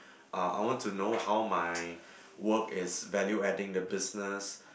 uh I want to know how my work is value adding the business